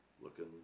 looking